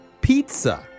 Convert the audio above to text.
Pizza